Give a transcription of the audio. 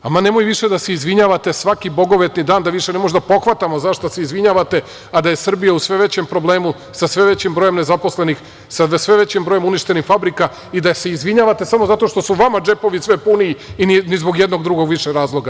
Ama nemojte više da se izvinjavate svaki bogovetni dan, da više ne možemo da pohvatamo za šta se izvinjavate, a da je Srbija u sve većem problemu sa sve većim brojem nezaposlenih, sa sve većim brojem uništenih fabrika i da se izvinjavate samo zato što su vama džepovi sve puniji i ni zbog jednog drugog više razloga.